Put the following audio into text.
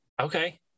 Okay